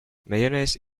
mayonnaise